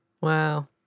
Wow